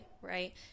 right